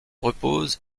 repose